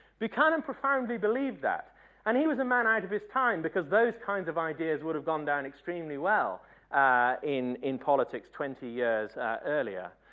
buchanan profoundly believed that and he was a man ahead of his time because those kind of ideas would have gone down extremely well in in politics twenty years earlier.